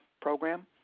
program